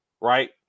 right